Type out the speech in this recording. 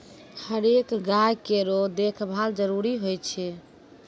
हरेक गाय केरो देखभाल जरूरी होय छै